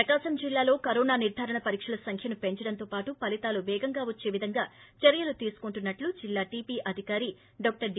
ప్రకాశం జిల్లాలో కరోనా నిర్గారణ పరీక్షల సంఖ్యను పెంచడంతో పాటు ఫలితాలు పేగంగా వచ్చే విధంగా చర్యలు తీసుకున్నట్టు జిల్లా టీబీ అధికారి డాక్టర్ డి